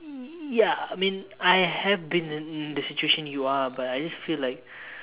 ya mean I have been in in the situation you are but I just feel like